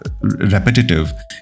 repetitive